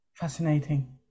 Fascinating